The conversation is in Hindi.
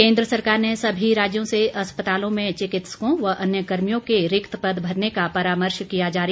केन्द्र सरकार ने सभी राज्यों से अस्पतालों में चिकित्सकों व अन्य कर्मियों के रिक्त पद भरने का परामर्श किया जारी